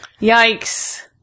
Yikes